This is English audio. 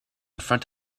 front